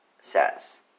says